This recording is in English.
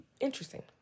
Interesting